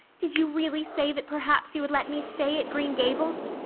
did you really say that perhaps you would let me stay at green gables?